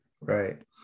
Right